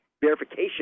verification